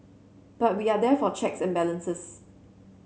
but we are there for checks and balances